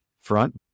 front